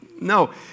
No